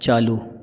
चालू